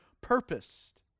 purposed